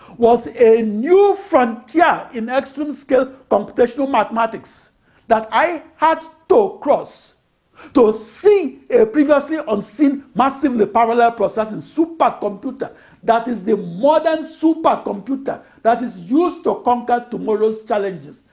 was a new frontier yeah in extreme-scale computational mathematics that i had to cross to see a previously unseen massively parallel processing supercomputer that is the modern supercomputer that is used to conquer tomorrow's challenges,